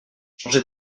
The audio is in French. changer